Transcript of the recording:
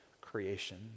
creation